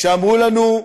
כשאמרו לנו: